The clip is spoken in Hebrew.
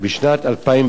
אדוני היושב-ראש,